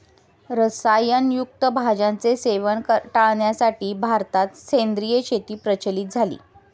रसायन युक्त भाज्यांचे सेवन टाळण्यासाठी भारतात सेंद्रिय शेती प्रचलित झाली